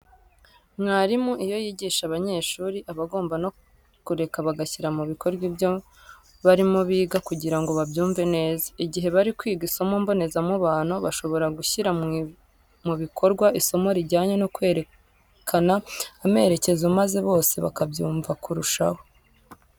Mwarimu iyo yigisha abanyeshuri aba agomba no kureka bagashyira mu bikorwa ibyo barimo biga kugira ngo babyumve neza. Igihe bari kwiga isomo mbonezamubano bashobora gushyira mu bikorwa isomo rijyanye no kwerekana amerekezo maze bose bakabyumva kurushaho.